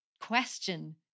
question